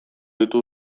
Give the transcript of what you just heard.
ditu